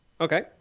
okay